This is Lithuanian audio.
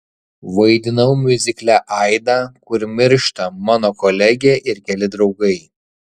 vaidinau miuzikle aida kur miršta mano kolegė ir keli draugai